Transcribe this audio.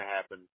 happen